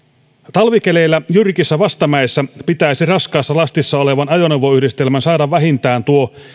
talvikeleillä jyrkissä vastamäissä pitäisi raskaassa lastissa olevan ajoneuvoyhdistelmän saada vähintään tuo